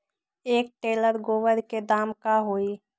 एक टेलर गोबर के दाम का होई?